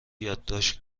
یادداشت